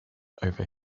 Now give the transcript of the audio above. over